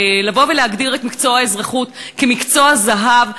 להגדיר את מקצוע האזרחות כמקצוע זהב,